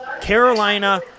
carolina